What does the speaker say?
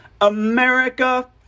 America